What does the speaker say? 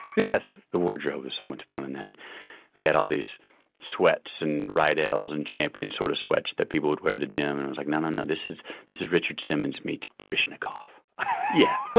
yes. the wardrobe is so much fun in that they had all these sweats and. right. ales and champion sort of switch that people would wear the gym. i and was like, no, no, no. this is this is richard simmons. meet baryshnikov yeah.